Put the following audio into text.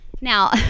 Now